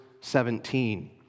17